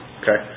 okay